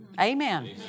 Amen